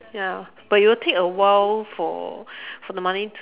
ya but it will take a while for for the money to